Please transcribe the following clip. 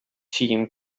team